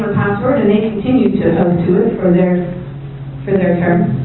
password and they continued to post to it for their for their term.